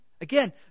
Again